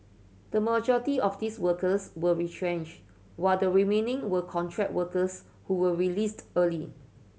the majority of these workers were retrenched while the remaining were contract workers who were released early